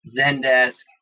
Zendesk